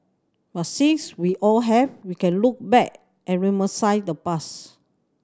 but since we all have we can look back and reminisce the past